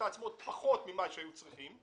העוצמות לעוצמות שהן פחות ממה שהיו צריכים,